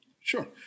Sure